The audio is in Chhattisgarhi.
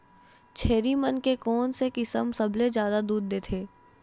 छेरी मन के कोन से किसम सबले जादा दूध देथे?